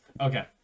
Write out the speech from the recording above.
okay